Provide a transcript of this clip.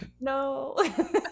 no